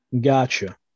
Gotcha